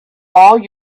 all